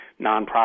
nonprofit